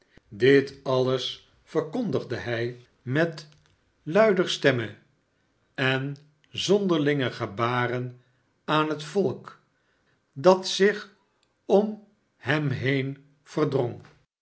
dit alles verkondigde hij barnaby rudge met luider stemme en zonderlinge gebaren aan het volk dat zich om hem heen